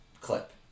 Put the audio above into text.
clip